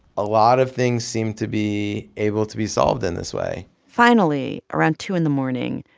a lot of things seem to be able to be solved in this way finally, around two in the morning,